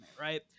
right